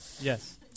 Yes